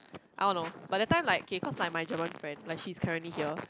I don't know but that time like okay cause like my German friend she's currently here